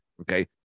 Okay